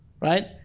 right